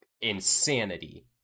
insanity